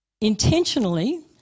intentionally